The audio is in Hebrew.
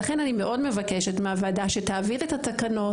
לכן אני מאוד מבקשת מהוועדה, שתעביר את התקנות.